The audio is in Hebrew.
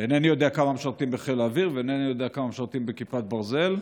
אינני יודע כמה משרתים בחיל האוויר ואינני יודע כמה משרתים בכיפת ברזל,